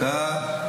דקה.